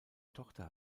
tochter